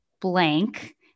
blank